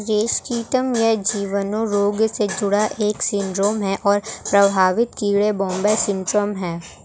रेशमकीट यह जीवाणु रोग से जुड़ा एक सिंड्रोम है और प्रभावित कीड़े बॉम्बे सेप्टिकस है